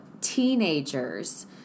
teenagers